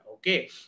Okay